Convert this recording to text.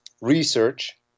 research